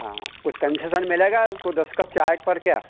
हाँ कुछ कंसेसन मिलेगा को दस कप चाय पर क्या